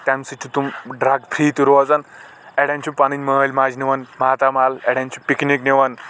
تمہِ سۭتۍ چھِ تِم ڈرگ فری تہِ روزان اڑٮ۪ن چھِ پنٕنۍ مٲلۍ ماجہِ نِوان ماتامال اڑٮ۪ن چھِ پکنِک نِوان